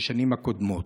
בשנים הקודמות.